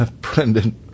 Brendan